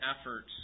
efforts